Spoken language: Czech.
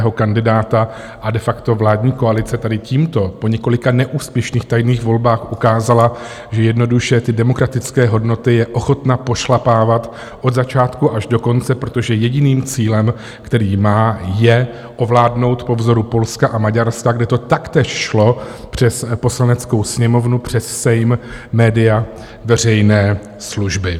A de facto vládní koalice tady tímto po několika neúspěšných tajných volbách ukázala, že jednoduše ty demokratické hodnoty je ochotna pošlapávat od začátku až do konce, protože jediným cílem, který má, je ovládnout po vzoru Polska a Maďarska, kde to taktéž šlo přes poslaneckou sněmovnu, přes Sejm, média veřejné služby.